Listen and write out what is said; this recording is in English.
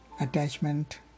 Attachment